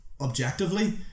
objectively